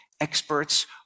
experts